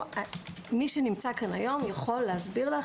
מי שנמצא כאן היום יכול להסביר לך